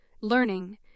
learning